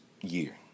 year